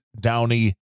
Downey